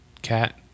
Cat